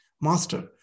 Master